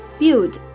Build